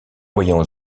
voyant